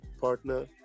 partner